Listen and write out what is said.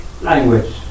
language